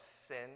sin